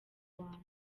wanjye